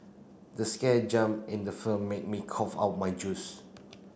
the scare jump in the film made me cough out my juice